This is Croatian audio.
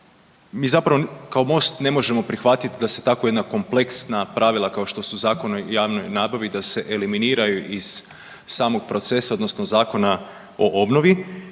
mi zapravo kao MOST ne možemo prihvatiti da se tako jedna kompleksna pravila kao što su Zakon o javnoj nabavi da se eliminiraju iz samog procesa, odnosno Zakona o obnovi